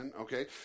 okay